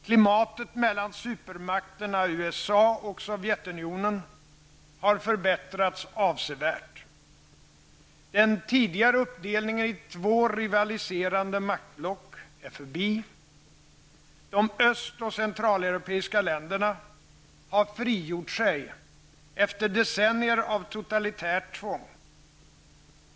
Klimatet mellan supermakterna USA och Sovjetunionen har förbättrats avsevärt. Den tidigare uppdelningen i två rivaliserande maktblock är förbi. De öst och centraleuropeiska länderna har frigjort sig efter decennier av totalitärt tvång.